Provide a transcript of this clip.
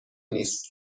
نیست